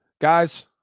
Guys